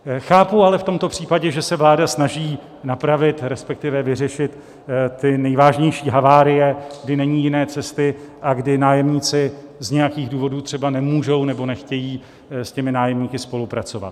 Chápu ale v tomto případě, že se vláda snaží napravit, resp. vyřešit ty nejvážnější havárie, kdy není jiné cesty a kdy nájemníci z nějakých důvodů třeba nemůžou nebo nechtějí s těmi nájemníky spolupracovat.